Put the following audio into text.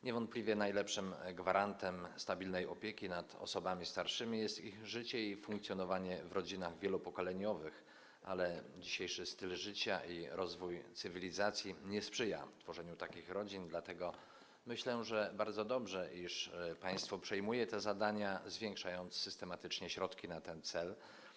Niewątpliwie najlepszym gwarantem stabilnej opieki nad osobami starszymi jest ich życie i funkcjonowanie w rodzinach wielopokoleniowych, ale dzisiejszy styl życia i rozwój cywilizacji nie sprzyjają tworzeniu takich rodzin, dlatego myślę, że bardzo dobrze, iż państwo przejmuje te zadania, zwiększając systematycznie środki na ten cel.